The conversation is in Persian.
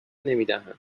نمیدهند